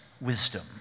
wisdom